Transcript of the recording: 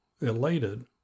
elated